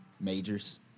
majors